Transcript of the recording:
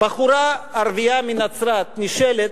בחורה ערבייה מנצרת נשאלת: